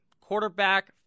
Quarterback